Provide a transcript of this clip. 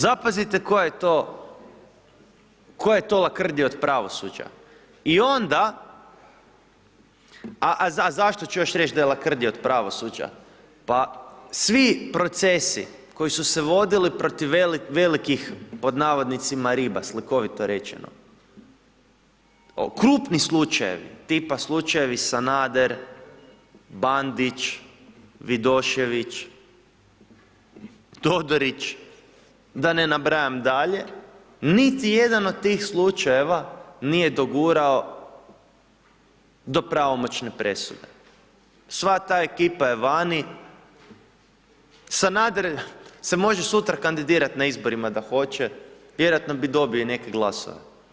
Zapazite koja je to lakrdija od pravosuđa i onda, a zašto ću još reć da je lakrdija od pravosuđa, pa svi procesi koji su se vodili protiv velikih, pod navodnicima riba, slikovito rečeno, krupni slučajevi, tipa slučajevi Sanader, Bandić, Vidošević, Todorić, da ne nabrajam dalje, niti jedan od tih slučajeva nije dogurao do pravomoćne presude, sva ta ekipa je vani, Sanader se može sutra kandidirati na izborima da hoće, vjerojatno bi i dobio neke glasove.